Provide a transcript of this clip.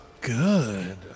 good